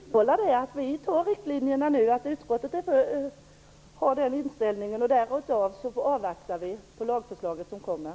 Herr talman! Jag vill vidhålla att vi antar riktlinjerna nu. Utskottet har den inställningen, och därför avvaktar vi det lagförslag som kommer.